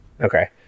okay